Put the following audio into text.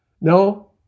No